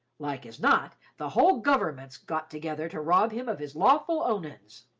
like as not, the whole gover'ment's got together to rob him of his lawful ownin's.